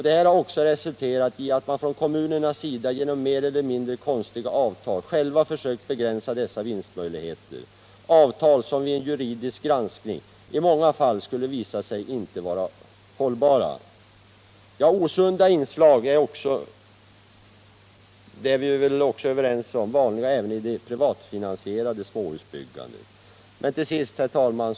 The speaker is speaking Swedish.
Detta har också resulterat i att kommunerna genom mer eller mindre konstiga avtal själva försökt begränsa dessa vinstmöjligheter — avtal som vid en juridisk granskning i många fall skulle visa sig inte vara hållbara. Osunda inslag — det är vi väl överens om — är också vanliga i det privatfinansierade småhusbyggandet. Till sist, herr talman!